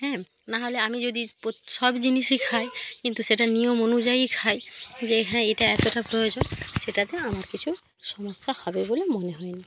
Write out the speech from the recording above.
হ্যাঁ নাহলে আমি যদি পোত সব জিনিসই খাই কিন্তু সেটা নিয়ম অনুযায়ী খাই যে হ্যাঁ এটা এতোটা প্রয়োজন সেটাতেও আমার কিছু সমস্যা হবে বলে মনে হয় না